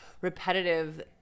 repetitive